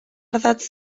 ardatz